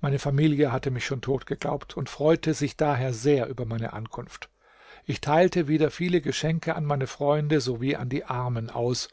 meine familie hatte mich schon tot geglaubt und freute sich daher sehr über meine ankunft ich teilte wieder viele geschenke an meine freunde sowie an die armen aus